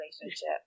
relationship